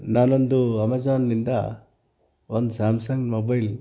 ನಾನೊಂದು ಅಮೆಝಾನ್ನಿಂದ ಒಂದು ಸ್ಯಾಮ್ಸಂಗ್ ಮೊಬೈಲ್